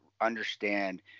understand